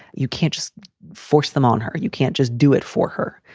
you can't just force them on her. you can't just do it for her.